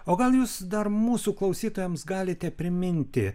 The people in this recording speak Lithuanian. o gal jūs dar mūsų klausytojams galite priminti